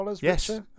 Yes